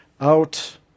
out